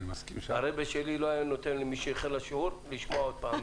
הרבי שלי לא היה נותן לי שאיחר לשיעור לשמוע עוד פעם.